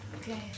Okay